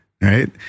Right